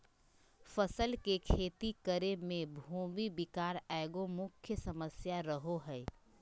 फसल के खेती करे में भूमि विकार एगो मुख्य समस्या रहो हइ